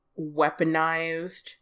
weaponized